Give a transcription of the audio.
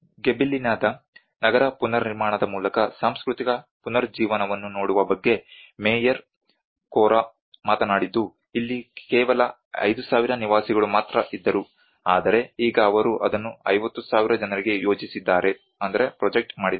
ಗಿಬೆಲಿನಾದ ನಗರ ಪುನರ್ನಿರ್ಮಾಣದ ಮೂಲಕ ಸಾಂಸ್ಕೃತಿಕ ಪುನರುಜ್ಜೀವನವನ್ನು ನೋಡುವ ಬಗ್ಗೆ ಮೇಯರ್ ಕೊರ್ರಾ ಮಾತನಾಡಿದ್ದು ಇಲ್ಲಿ ಕೇವಲ 5000 ನಿವಾಸಿಗಳು ಮಾತ್ರ ಇದ್ದರು ಆದರೆ ಈಗ ಅವರು ಅದನ್ನು 50000 ಜನರಿಗೆ ಯೋಜಿಸಿದ್ದಾರೆ